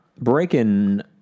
Breaking